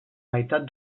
meitat